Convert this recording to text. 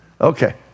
Okay